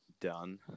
done